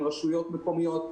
עם רשויות מקומיות,